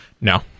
no